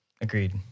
Agreed